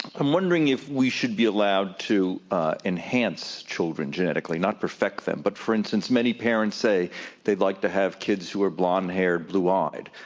i'm wondering if we should be allowed to enhance children genetically, not perfect them, but, for instance, many parents say they'd like to have kids who are blonde haired, blue eyed.